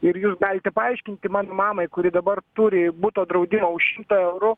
ir jūs galite paaiškinti man mamai kuri dabar turi buto draudimą už šimtą eurų